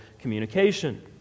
communication